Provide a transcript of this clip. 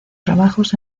trabajos